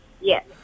Yes